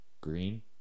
Green